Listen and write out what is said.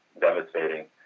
devastating